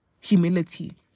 humility